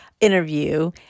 interview